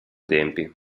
tempi